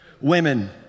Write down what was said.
Women